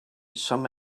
some